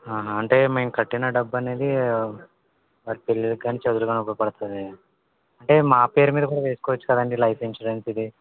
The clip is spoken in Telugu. అంటే మేము కట్టిన డబ్బనేది వాళ్ళ పెళ్లిక్కాని చదువుక్కాని ఉపయోగ పడతుంది అంటే మా పేరు మీద కూడా తీసుకోవచ్చు కదండి లైఫ్ ఇన్స్యూరెన్స్ ఇది